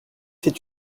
fais